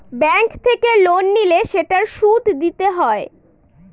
bank থেকে loan নিলে সেটার সুদ দিতে হয়